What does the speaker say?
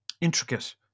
intricate